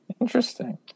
Interesting